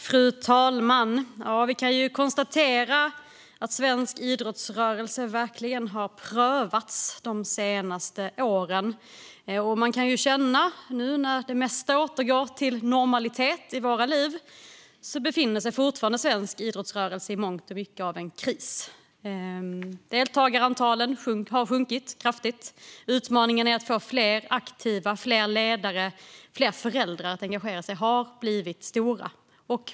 Fru talman! Vi kan konstatera att svensk idrottsrörelse verkligen har prövats de senaste åren. Nu när det mesta återgår till normalitet i våra liv befinner sig fortfarande svensk idrottsrörelse i mångt och mycket i en kris. Deltagarantalen har sjunkit kraftigt. Utmaningarna att få fler aktiva, fler ledare och fler föräldrar att engagera sig har blivit stora.